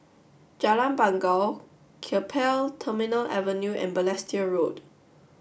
Jalan Bangau Keppel Terminal Avenue and Balestier Road